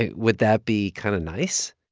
and would that be kind of nice?